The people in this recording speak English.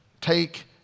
take